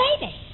baby